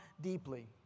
deeply